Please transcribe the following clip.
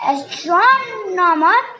Astronomer